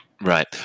Right